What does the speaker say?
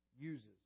uses